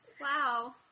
Wow